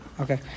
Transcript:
Okay